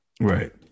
Right